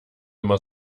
immer